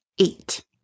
eight